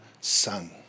sun